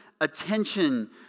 attention